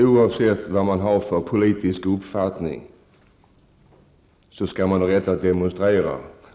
Oavsett vilken politisk uppfattning man har skall man ha rätt att demonstrera.